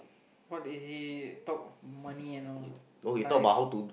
what is it talk money and all life